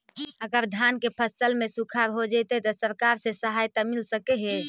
अगर धान के फ़सल में सुखाड़ होजितै त सरकार से सहायता मिल सके हे?